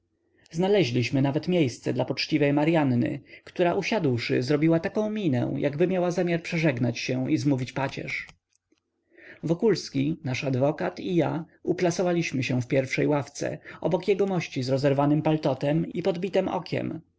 znaleźliśmy nawet miejsce dla poczciwej maryanny która usiadłszy zrobiła taką minę jakby miała zamiar przeżegnać się i zmówić pacierz wokulski nasz adwokat i ja uplasowaliśmy się w pierwszej ławce obok jegomości z rozerwanym paltotem i podbitem okiem